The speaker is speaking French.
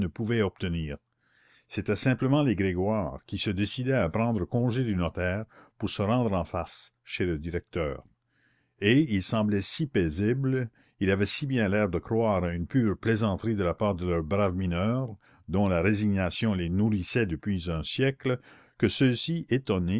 pouvaient obtenir c'étaient simplement les grégoire qui se décidaient à prendre congé du notaire pour se rendre en face chez le directeur et ils semblaient si paisibles ils avaient si bien l'air de croire à une pure plaisanterie de la part de leurs braves mineurs dont la résignation les nourrissait depuis un siècle que ceux-ci étonnés